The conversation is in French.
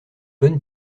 bonne